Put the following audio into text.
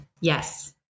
Yes